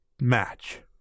match